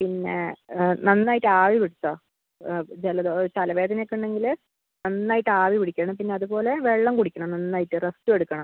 പിന്നെ നാന്നായിട്ട് ആവി പിടിച്ചോ ജലദോ തലവേദനയൊക്കെ ഉണ്ടെങ്കിൽ നന്നായിട്ട് ആവി പിടിക്കണം പിന്നെ അതുപോലെ വെള്ളം കുടിക്കണം നന്നായിട്ട് റെസ്റ്റും എടുക്കണം